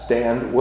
Stand